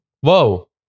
whoa